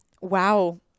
Wow